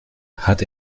hat